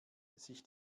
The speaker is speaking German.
sich